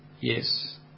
Yes